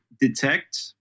detect